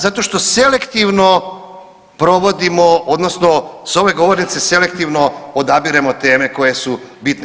Zato što selektivno provodimo odnosno s ove govornice selektivno odabiremo teme koje su bitne.